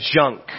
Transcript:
junk